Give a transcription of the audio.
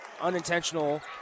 unintentional